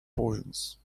points